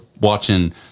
watching